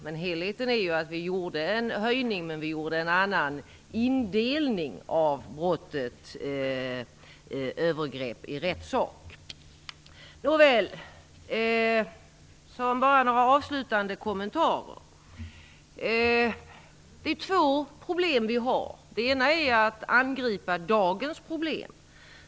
Sett till helheten gjorde vi en höjning, men vi gjorde en annan indelning av brottet övergrepp i rättssak. Efter detta har jag några avslutande kommentarer. Vi har två problem. Det ena är att angripa dagens problem.